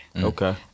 Okay